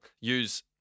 use